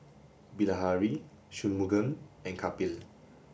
Bilahari Shunmugam and Kapil